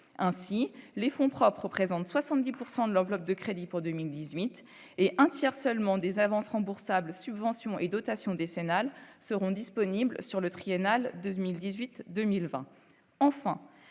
ainsi les fonds propres représentent 70 pourcent de l'enveloppe de crédits pour 2018 et un tiers seulement des avances remboursables, subventions et dotations décennale seront disponibles sur le triennal 2018, 2020